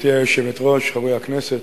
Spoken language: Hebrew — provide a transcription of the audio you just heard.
גברתי היושבת-ראש, חברי הכנסת,